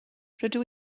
rydw